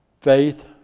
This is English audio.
Faith